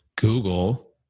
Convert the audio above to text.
Google